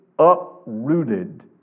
uprooted